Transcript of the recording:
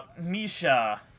Misha